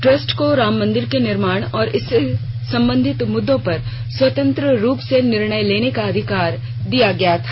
trust को राम मंदिर के निर्माण और इससे संबंधित मुद्दों पर स्वतंत्र रूप से निर्णय लेने का अधिकार दिया गया था